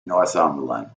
northumberland